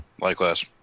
Likewise